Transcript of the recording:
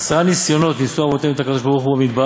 עשרה ניסיונות ניסו אבותינו את המקום במדבר,